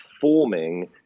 forming